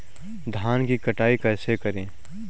धान की कटाई कैसे करें?